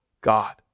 God